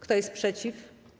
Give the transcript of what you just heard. Kto jest przeciw?